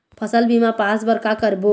फसल बीमा पास बर का करबो?